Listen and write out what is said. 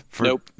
Nope